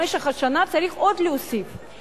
במשך השנה צריך להוסיף עוד.